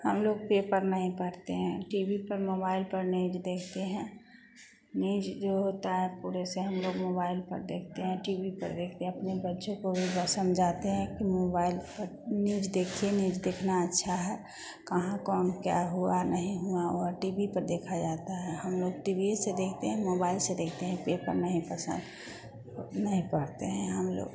हम लोग पेपर नहीं पढ़ते हैं टी बी पर मोबाइल पर न्यूज़ देखते हैं न्यूज़ जो होता है पूरे से हम लोग मोबाइल पर देखते हैं टी बी पर देखते हैं अपने बच्चे को भी समझाते हैं कि मोबाइल पर न्यूज़ देखिए न्यूज़ देखना अच्छा है कहाँ कौन क्या हुआ नहीं हुआ वह टी बी पर देखा जाता है हम लोग टी बी से देखते हैं मोबाइल से देखते हैं पेपर नहीं पसंद नहीं पढ़ते हैं हम लोग